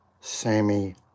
sammy